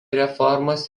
reformos